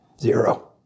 Zero